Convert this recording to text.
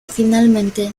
finalmente